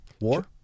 War